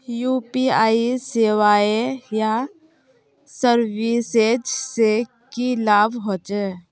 UPI सेवाएँ या services से की लाभ होचे?